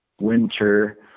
winter